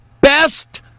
best